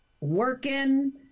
working